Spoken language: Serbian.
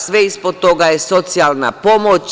Sve ispod toga je socijalna pomoć.